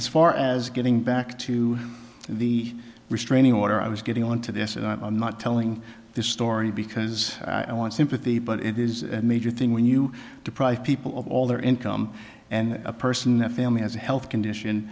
as far as getting back to the restraining order i was getting on to this and i'm not telling this story because i want sympathy but it is a major thing when you deprive people of all their income and a person that family has a health condition